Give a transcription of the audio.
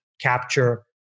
capture